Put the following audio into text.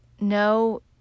No